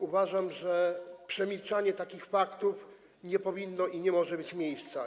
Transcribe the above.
Uważam, że przemilczanie takich faktów nie powinno i nie może mieć miejsca.